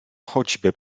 choćby